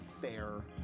fair